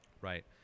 right